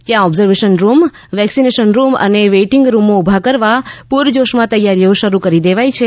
ત્યાં observation room vaccination room અને waiting રૂમો ઉભા કરવા પૂરજોશમાં તૈયારીઓ શરૂ કરી દેવાઇ છે